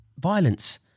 Violence